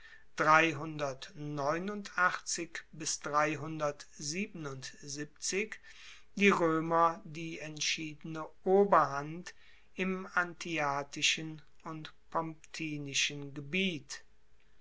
die roemer die entschiedene oberhand im antiatischen und pomptinischen gebiet